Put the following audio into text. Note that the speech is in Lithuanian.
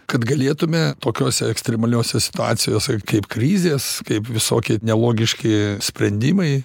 kad galėtume tokiose ekstremaliose situacijose kaip krizės kaip visokie nelogiški sprendimai